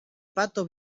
pato